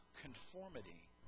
conformity